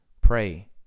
Pray